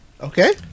Okay